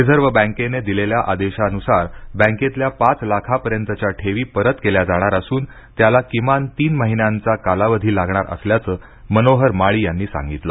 reserve बॅकेने दिलेल्या आदेशान्सार बॅकेतल्या पाच लाखापर्यंतच्या ठेवी परत केल्या जाणार असून त्याला किमान तीन महिन्यांचा कालावधी लागणार असल्याचं मनोहर माळी यांनी सांगितलं